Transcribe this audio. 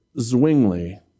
Zwingli